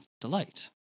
delight